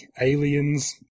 aliens